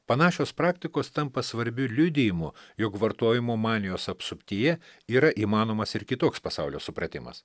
panašios praktikos tampa svarbiu liudijimu juk vartojimo manijos apsuptyje yra įmanomas ir kitoks pasaulio supratimas